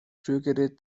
rührgerät